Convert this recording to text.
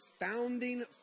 founding